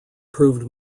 proved